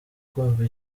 kumva